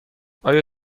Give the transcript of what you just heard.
آیا